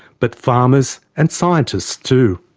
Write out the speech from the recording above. but farmers and scientists too.